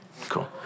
cool